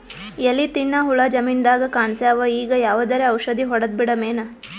ಎಲಿ ತಿನ್ನ ಹುಳ ಜಮೀನದಾಗ ಕಾಣಸ್ಯಾವ, ಈಗ ಯಾವದರೆ ಔಷಧಿ ಹೋಡದಬಿಡಮೇನ?